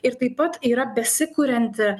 ir taip pat yra besikurianti